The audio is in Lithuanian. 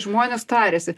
žmonės tariasi